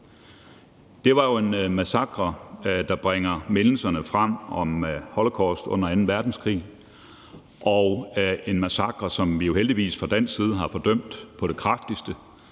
Det var jo en massakre, der bringer mindelser frem om holocaust under anden verdenskrig, og en massakre, som vi jo heldigvis fra dansk side har fordømt på det kraftigste;